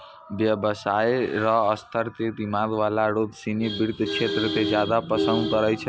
व्यवसाय र स्तर क दिमाग वाला लोग सिनी वित्त क्षेत्र क ज्यादा पसंद करै छै